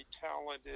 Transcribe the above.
talented